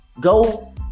go